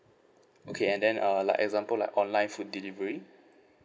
okay and then uh like example like online food delivery